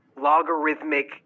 logarithmic